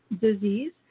disease